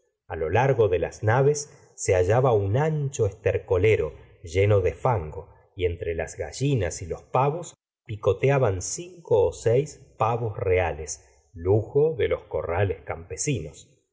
a lo largo de las naves se hallaba un ancho estercolero lleno de fango y entre las gallinas y los pavos picoteaban cinco seis pavos reales lujo de los corrales campesinos